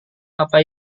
apa